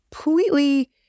completely